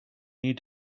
need